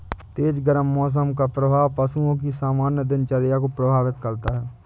तेज गर्म मौसम का प्रभाव पशुओं की सामान्य दिनचर्या को प्रभावित करता है